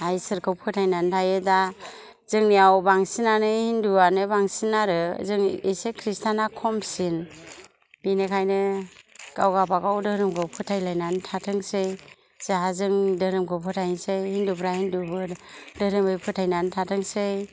आंहा इसोरखौ फोथायनानै थायो दा जोंनियाव बांसिनानो हिन्दुयानो बांसिन आरो जों एसे खृष्टाना खमसिन बेनिखायनो गाव गाबागाव धोरोमखौ फोथायलायनानै थाथोंसै जोंहा जोंनि धोरोमखौ फोथायसै हिन्दुफ्रा हिन्दुफोर धोरोमै फोथायनानै थाथोंसै